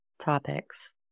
topics